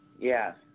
Yes